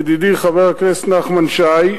ידידי חבר הכנסת נחמן שי,